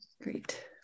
Great